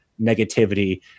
negativity